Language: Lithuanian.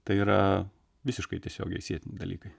tai yra visiškai tiesiogiai sietini dalykai